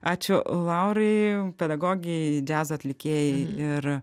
ačiū laurai pedagogei džiazo atlikėjai ir